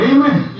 Amen